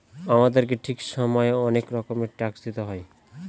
আমাদেরকে ঠিক সময়ে অনেক রকমের ট্যাক্স দিতে হয়